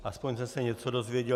Aspoň jsem se něco dozvěděl.